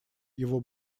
его